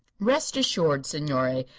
rest assured, signore,